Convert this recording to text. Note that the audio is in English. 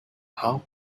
how